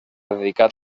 dedicat